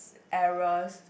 errors